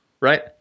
Right